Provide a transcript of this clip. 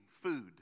food